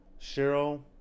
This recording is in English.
Cheryl